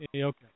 Okay